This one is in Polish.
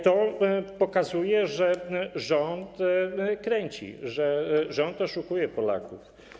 To pokazuje, że rząd kręci, że rząd oszukuje Polaków.